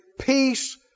Peace